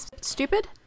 stupid